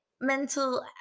mental